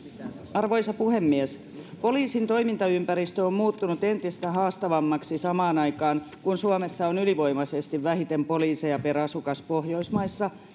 arvoisa puhemies poliisin toimintaympäristö on muuttunut entistä haastavammaksi samaan aikaan kun suomessa on ylivoimaisesti vähiten poliiseja per asukas pohjoismaissa